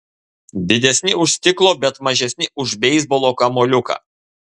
didesni už stiklo bet mažesni už beisbolo kamuoliuką